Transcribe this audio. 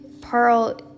pearl